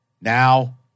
now